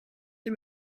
the